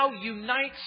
unites